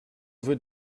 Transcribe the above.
veux